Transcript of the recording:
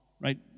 right